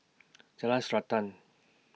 Jalan Srantan